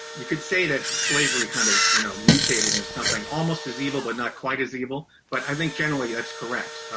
you could say that slavery kind of you know mutated and something almost as evil, but not quite as evil, but i think generally that's correct.